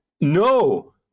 no